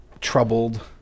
troubled